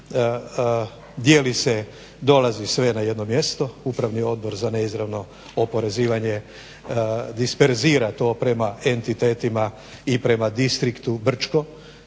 dijeli se, dolazi sve na jedno mjesto, Upravni odbor za neizravno oporezivanje disperzira to prema entitetima i prema Distriktu Brčko.